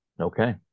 Okay